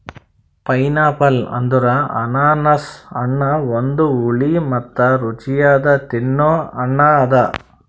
pineapple ಅಂದುರ್ ಅನಾನಸ್ ಹಣ್ಣ ಒಂದು ಹುಳಿ ಮತ್ತ ರುಚಿಯಾದ ತಿನ್ನೊ ಹಣ್ಣ ಅದಾ